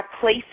place